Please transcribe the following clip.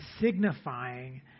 signifying